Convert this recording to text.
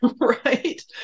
right